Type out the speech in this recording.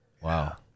Wow